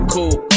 Cool